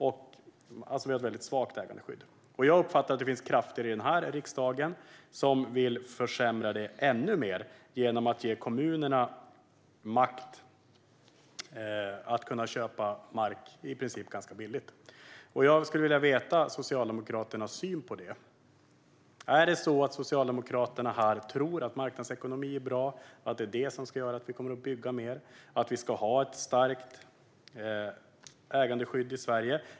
Vi har alltså ett väldigt svagt ägandeskydd, och jag uppfattar att det finns krafter i den här riksdagen som vill försämra det ännu mer genom att ge kommunerna makt att kunna köpa mark i princip ganska billigt. Jag skulle vilja veta vad Socialdemokraterna har för syn på detta. Tror Socialdemokraterna att marknadsekonomi är bra och att det är det som ska göra att vi kommer att bygga mer? Ska vi ha ett starkt ägandeskydd i Sverige?